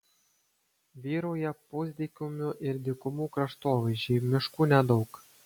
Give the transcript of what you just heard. vyrauja pusdykumių ir dykumų kraštovaizdžiai miškų nedaug